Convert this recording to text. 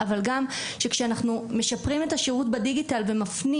אבל גם שכשאנחנו משפרים את השירות בדיגיטל ומפנים